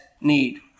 need